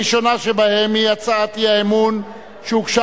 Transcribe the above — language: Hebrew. הראשונה שבהן היא הצעת האי-אמון שהוגשה